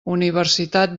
universitat